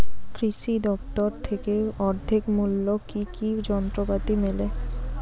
কৃষি দফতর থেকে অর্ধেক মূল্য কি কি যন্ত্রপাতি মেলে?